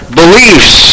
beliefs